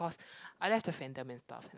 cause I left the fandom